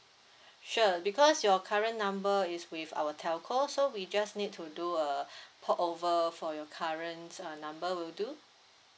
sure because your current number is with our telco so we just need to do a port over for your current uh number will do